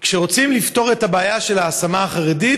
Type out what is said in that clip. כשרוצים לפתור את הבעיה של ההשמה החרדית,